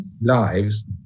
lives